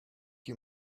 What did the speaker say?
you